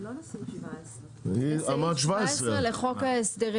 לא צריך לנמק אבל אנחנו נשאיר לו את ההסתייגות.